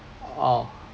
oh